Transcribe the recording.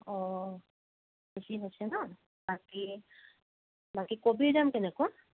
অঁ বেছি হৈছে ন বাকী বাকী কবিৰ দাম কেনেকুৱা